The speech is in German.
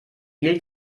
gilt